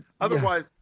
Otherwise